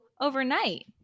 overnight